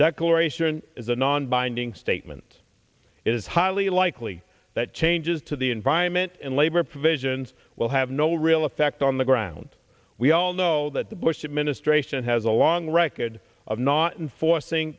declaration is a non binding statement it is highly likely that changes to the environment and labor provisions will have no real effect on the ground we all know that the bush administration has a long record of not enforcing